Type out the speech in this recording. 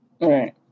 right